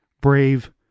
brave